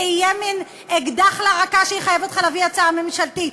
זה יהיה מין אקדח לרקה שיחייב אותך להביא הצעה ממשלתית.